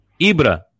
Ibra